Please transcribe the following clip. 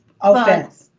Offense